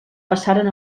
passaren